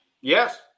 Yes